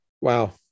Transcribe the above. Wow